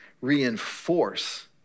reinforce